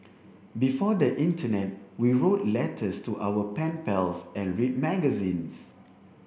before the internet we wrote letters to our pen pals and read magazines